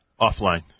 Offline